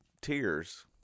tears